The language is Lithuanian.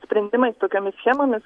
sprendimais tokiomis schemomis